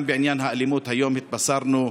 גם בעניין האלימות, היום "התבשרנו",